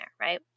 right